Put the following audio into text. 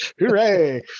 hooray